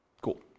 Cool